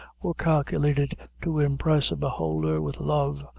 were calculated to impress a beholder with love,